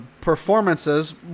performances